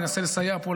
ננסה לסייע פה,